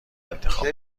انتخاب